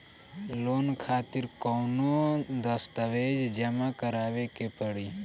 Loan खातिर कौनो दस्तावेज जमा करावे के पड़ी?